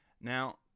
Now